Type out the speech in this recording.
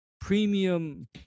premium